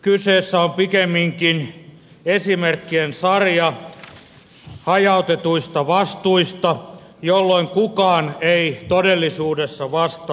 kyseessä on pikemminkin esimerkkien sarja hajautetuista vastuista jolloin kukaan ei todellisuudessa vastaa mistään